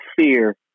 fear